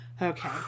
okay